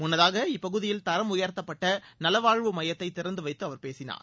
முன்னதாக இட்பகுதியில் தரம் உயர்த்தப்பட்ட நல வாழ்வு மையத்தை திறந்து வைத்து அவர் பேசினார்